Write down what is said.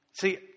See